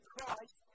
Christ